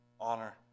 honor